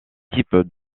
type